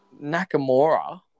Nakamura